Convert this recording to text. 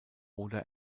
oder